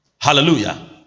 Hallelujah